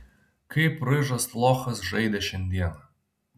kaip ryžas lochas žaidė šiandieną